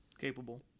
Capable